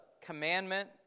commandment